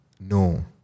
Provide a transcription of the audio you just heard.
no